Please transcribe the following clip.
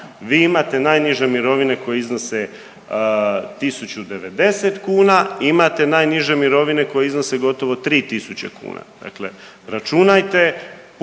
Vi imate najniže mirovine koje iznose 1090 kuna i imate najniže mirovine koje iznose gotovo 3000 kuna. Dakle računajte,